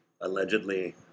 allegedly